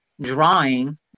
drawing